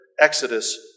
Exodus